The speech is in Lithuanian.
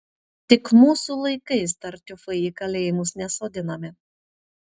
tik mūsų laikais tartiufai į kalėjimus nesodinami